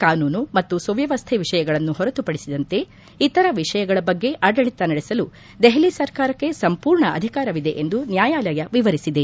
ಕಾನೂನು ಮತ್ತು ಸುವ್ಧವಸ್ಥೆ ವಿಷಯಗಳನ್ನು ಹೊರತುಪಡಿಸಿದಂತೆ ಇತರ ವಿಷಯಗಳ ಬಗ್ಗೆ ಆಡಳಿತ ನಡೆಸಲು ದೆಹಲಿ ಸರ್ಕಾರಕ್ಕೆ ಸಂಪೂರ್ಣ ಅಧಿಕಾರವಿದೆ ಎಂದು ನ್ಯಾಯಾಲಯ ವಿವರಿಸಿದೆ